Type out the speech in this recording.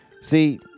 See